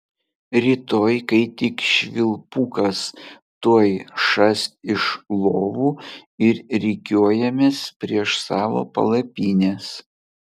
rytoj kai tik švilpukas tuoj šast iš lovų ir rikiuojamės prieš savo palapines